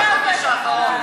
אל תעוות את דברי.